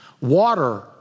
Water